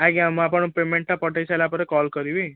ଆଜ୍ଞା ମୁଁ ଆପଣଙ୍କୁ ପେମେଣ୍ଟଟା ପଠାଇ ସାରିଲା ପରେ କଲ୍ କରିବି